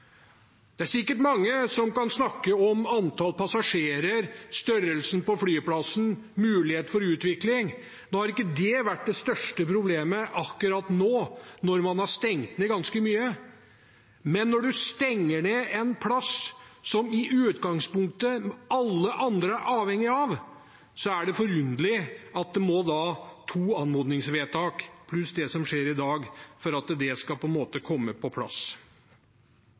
Det er sikkert mange som kan snakke om antall passasjerer, størrelsen på flyplassen, mulighet for utvikling. Nå har ikke det vært det største problemet akkurat nå, når man har stengt ned ganske mye, men når man stenger ned en plass som i utgangspunktet alle andre er avhengig av, er det forunderlig at det må til to anmodningsvedtak pluss det som skjer i dag, for at det skal komme på plass. Vi har vært inne på